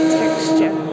texture